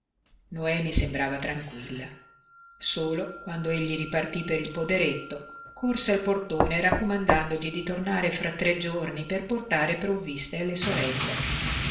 noemi sembrava tranquilla solo quando egli ripartí per il poderetto corse al portone raccomandandogli di tornare fra tre giorni per portare provviste alle sorelle